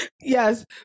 Yes